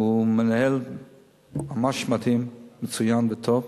הוא מנהל ממש מדהים, מצוין וטוב.